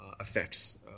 effects